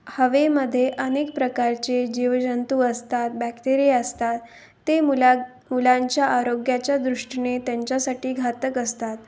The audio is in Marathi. हवेमध्ये अनेक प्रकारचे जीवजंतू असतात बॅक्टेरिया असतात ते मुला मुलांच्या आरोग्याच्या दृष्टीने त्यांच्यासाठी घातक असतात